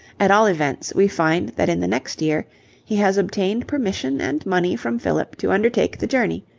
at all events we find that in the next year he has obtained permission and money from philip to undertake the journey,